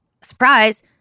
surprise